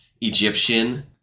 Egyptian